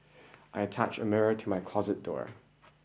I attached a mirror to my closet door